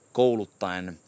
kouluttaen